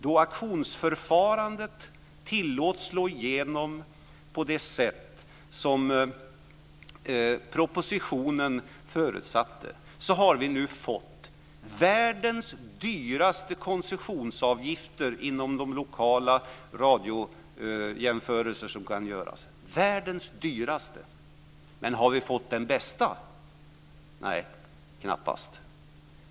Då auktionsförfarandet tilläts slå igenom på det sätt som man i propositionen förutsatte fick vi världens dyraste koncessioner enligt de lokala radiojämförelser som kan göras - världens dyraste! Men har vi fått de bästa? Nej, knappast.